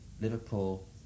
Liverpool